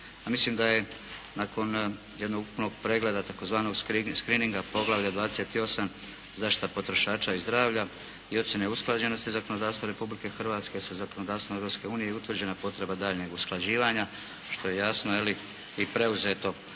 mislim da je nakon jednog ukupnog pregleda tzv. screening poglavlja XXVIII. – Zaštita potrošača i zdravlja i ocjene usklađenosti zakonodavstva Republike Hrvatske sa zakonodavstvom Europske unije je utvrđena potreba daljnjeg usklađivanja, što je jasno i preuzeto